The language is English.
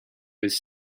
his